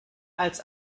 als